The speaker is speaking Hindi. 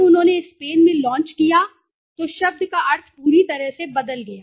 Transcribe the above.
जब उन्होंने स्पेन में लॉन्च किया तो शब्द का अर्थ पूरी तरह से बदल गया